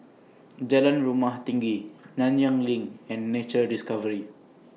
Jalan Rumah Tinggi Nanyang LINK and Nature Discovery